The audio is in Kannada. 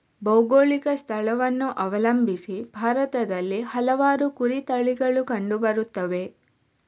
ಭೌಗೋಳಿಕ ಸ್ಥಳವನ್ನು ಅವಲಂಬಿಸಿ ಭಾರತದಲ್ಲಿ ಹಲವಾರು ಕುರಿ ತಳಿಗಳು ಕಂಡು ಬರುತ್ತವೆ